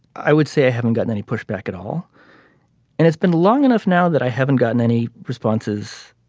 i would say i haven't gotten any pushback at all and it's been long enough now that i haven't gotten any responses